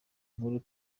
nkuru